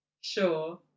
sure